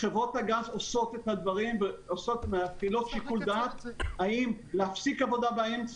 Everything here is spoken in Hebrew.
חברות הגז מפעילות שיקול דעת האם להפסיק עבודה באמצע